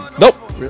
nope